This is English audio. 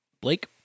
Blake